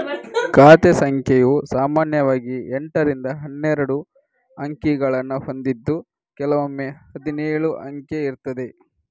ಖಾತೆ ಸಂಖ್ಯೆಯು ಸಾಮಾನ್ಯವಾಗಿ ಎಂಟರಿಂದ ಹನ್ನೆರಡು ಅಂಕಿಗಳನ್ನ ಹೊಂದಿದ್ದು ಕೆಲವೊಮ್ಮೆ ಹದಿನೇಳು ಅಂಕೆ ಇರ್ತದೆ